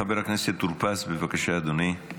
חבר הכנסת טור פז, בבקשה, אדוני.